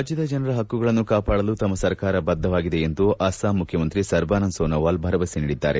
ರಾಜ್ವದ ಜನರ ಹಕ್ಕುಗಳನ್ನು ಕಾಪಾಡಲು ತಮ್ನ ಸರ್ಕಾರ ಬದ್ದವಾಗಿದೆ ಎಂದು ಅಸ್ಲಾಂ ಮುಖ್ಚಮಂತ್ರಿ ಸರ್ಬಾನಂದ್ ಸೊನೋವಾಲ್ ಭರವಸೆ ನೀಡಿದ್ದಾರೆ